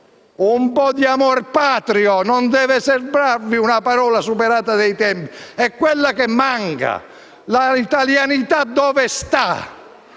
un po' di amor patrio - non deve sembrarvi una parola superata dai tempi - è ciò che manca. L'italianità dove sta?